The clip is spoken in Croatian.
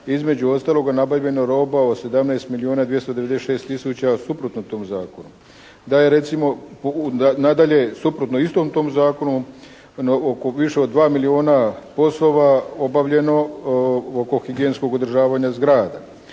između ostaloga nabavljeno roba od 17 milijuna 296 tisuća suprotno tom zakonu. Da je recimo nadalje, suprotno istom tom zakonu oko više od 2 milijuna poslova obavljeno oko higijenskog održavanja zgrada.